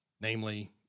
namely